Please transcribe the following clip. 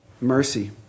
Mercy